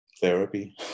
Therapy